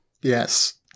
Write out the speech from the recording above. Yes